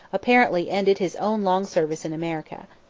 apparently ended his own long service in america.